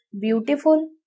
beautiful